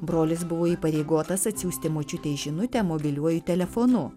brolis buvo įpareigotas atsiųsti močiutei žinutę mobiliuoju telefonu